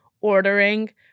ordering